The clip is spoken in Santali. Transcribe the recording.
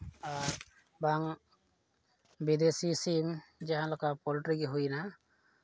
ᱟᱨ ᱵᱟᱝ ᱵᱤᱫᱮᱥᱤ ᱥᱤᱢ ᱡᱟᱦᱟᱸ ᱞᱮᱠᱟ ᱯᱳᱞᱴᱨᱤ ᱜᱮ ᱦᱩᱭᱱᱟ